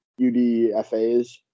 UDFAs